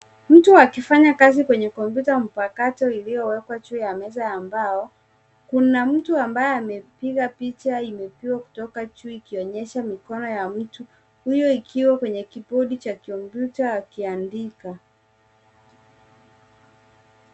Mtu akifanya kazi kwenye kompyuta mpakato iliyowekwa juu ya meza ya mbao. Kuna mtu ambaye amepiga picha, imepigwa kutoka juu ikionyesha mikono ya mtu huyo ikiwa kwenye kibodi ya kompyuta akiandika.